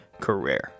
career